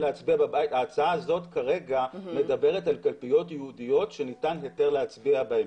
ההצעה הזאת כרגע מדברת על קלפיות ייעודיות שניתן היתר להצביע בהן.